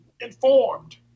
informed